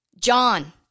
John